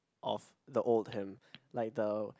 of the old him like the